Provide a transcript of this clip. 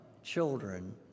children